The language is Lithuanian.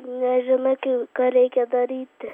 nežinote ką reikia daryti